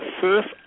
first